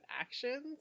actions